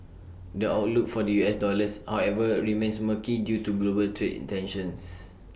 the outlook for the U S dollars however remains murky due to global trade intentions